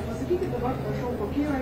pasakykit dabar prašau kokia yra